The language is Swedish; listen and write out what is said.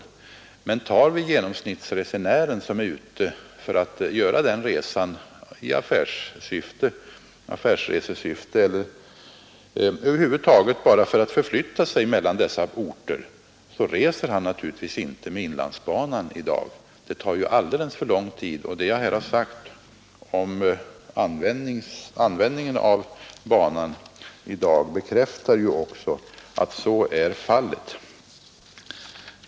Om vi tar genomsnittsresenären som är ute och reser i affärssyfte eller bara för att förflytta sig mellan dessa båda orter, så reser han naturligtvis inte på inlandsbanan i dag. Det tar alldeles för lång tid. Det som jag här har sagt om användningen av banan i dag bekräftar ju också att det är på det sättet.